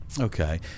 Okay